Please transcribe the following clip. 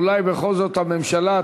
אולי בכל זאת הממשלה תשתכנע.